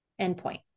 endpoint